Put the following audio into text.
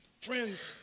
Friends